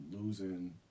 losing